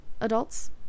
adults